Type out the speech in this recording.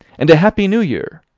and a happy new year!